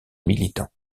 militant